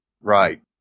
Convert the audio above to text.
Right